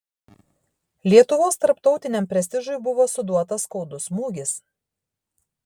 lietuvos tarptautiniam prestižui buvo suduotas skaudus smūgis